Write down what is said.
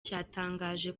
cyatangaje